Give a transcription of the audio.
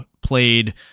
played